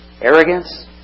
arrogance